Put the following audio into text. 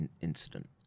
incident